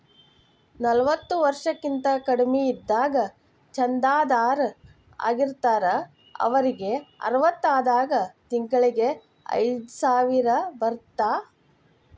ನಲವತ್ತ ವರ್ಷಕ್ಕಿಂತ ಕಡಿಮಿ ಇದ್ದಾಗ ಚಂದಾದಾರ್ ಆಗಿರ್ತಾರ ಅವರಿಗ್ ಅರವತ್ತಾದಾಗ ತಿಂಗಳಿಗಿ ಐದ್ಸಾವಿರ ಬರತ್ತಾ